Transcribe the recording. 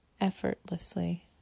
effortlessly